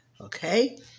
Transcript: okay